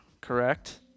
correct